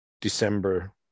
December